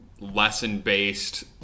lesson-based